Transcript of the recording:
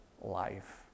life